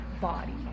body